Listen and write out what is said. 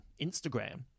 Instagram